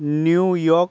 New York